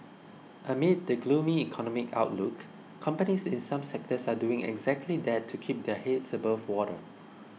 amid the gloomy economic outlook companies in some sectors are doing exactly that to keep their heads above water